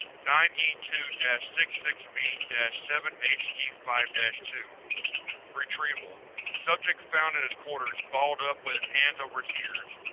nine e two sixty six v seven h g five two retrieval subject found in its quarters, balled up with its hands over its ears.